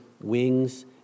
wings